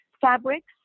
fabrics